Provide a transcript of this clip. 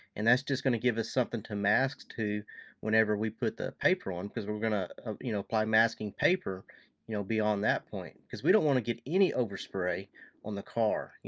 and that's just going to give us something to mask to whenever we put the paper on, because we're gonna ah you know apply masking paper you know beyond that point, because we don't want to get any over-spray on the car.